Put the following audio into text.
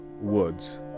Woods